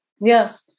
Yes